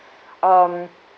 um